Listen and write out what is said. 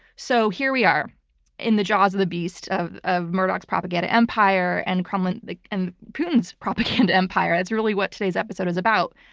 so here we are in the jaws of the beast of of murdoch's propaganda empire and kremlin and putin's propaganda empire. that's really what today's episode is about.